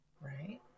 Right